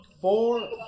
Four